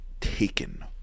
taken